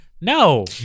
No